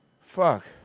Fuck